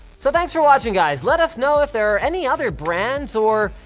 so thanks for watching guys, let us know if there are any other brands or,